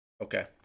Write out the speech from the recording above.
okay